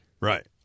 Right